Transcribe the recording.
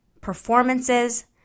performances